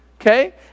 Okay